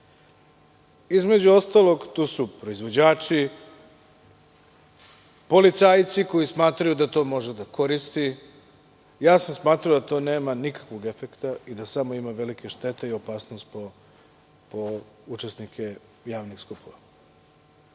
ostalog, tu su proizvođači, policajci koji smatraju da to može da koristi, ja sam smatrao da to nema nikakvog efekta i da samo ima velike štete i opasnost po učesnike javnih skupova.